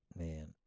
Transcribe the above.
Man